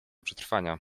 przetrwania